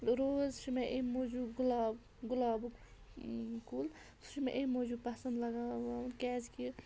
روز چھِ مےٚ اَمہِ موٗجوٗب گُلاب گُلابُک کُل سُہ چھُ مےٚ اَمہِ موٗجوٗب پَسٛنٛد لَگاوان کیٛازِکہِ